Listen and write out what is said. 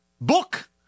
book